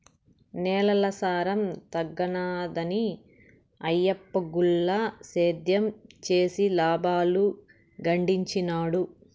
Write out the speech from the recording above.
నేలల సారం తగ్గినాదని ఆయప్ప గుల్ల సేద్యం చేసి లాబాలు గడించినాడు